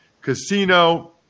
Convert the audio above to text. Casino